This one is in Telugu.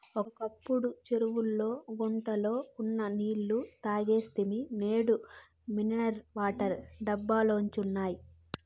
ఒకప్పుడు చెరువుల్లో గుంటల్లో ఉన్న నీళ్ళు తాగేస్తిమి నేడు మినరల్ వాటర్ డబ్బాలొచ్చినియ్